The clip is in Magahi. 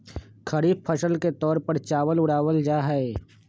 खरीफ फसल के तौर पर चावल उड़ावल जाहई